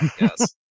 Yes